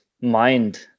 mind